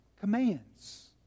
commands